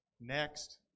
Next